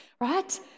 right